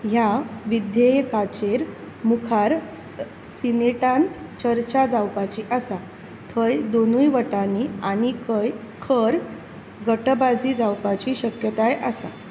ह्या विधेयकाचेर मुखार सिनेटांत चर्चा जावपाची आसा थंय दोनूय वटांनी आनीकय खर गटबाजी जावपाची शक्यताय आसा